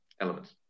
elements